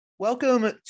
Welcome